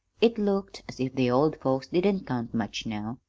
it looked as if the old folks didn't count much now,